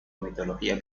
mitología